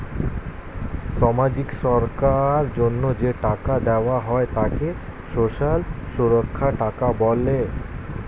সামাজিক সুরক্ষার জন্য যে ট্যাক্স দেওয়া হয় তাকে সোশ্যাল সুরক্ষা ট্যাক্স বলে